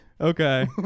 okay